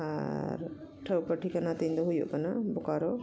ᱟᱨ ᱴᱷᱟᱹᱣᱠᱟᱹ ᱴᱷᱤᱠᱟᱹᱱᱟ ᱛᱤᱧᱫᱚ ᱦᱩᱭᱩᱜ ᱠᱟᱱᱟ ᱵᱳᱠᱟᱨᱳ